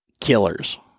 killers